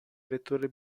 vettore